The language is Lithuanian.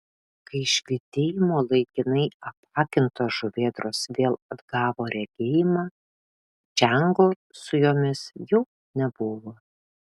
kai švytėjimo laikinai apakintos žuvėdros vėl atgavo regėjimą čiango su jomis jau nebuvo